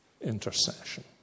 intercession